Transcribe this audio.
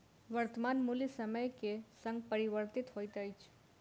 वर्त्तमान मूल्य समय के संग परिवर्तित होइत अछि